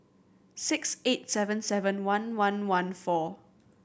six eight seven seven one one one four